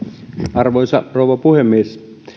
arvoisa rouva puhemies